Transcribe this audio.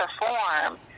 perform